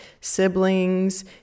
siblings